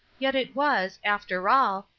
yet it was, after all,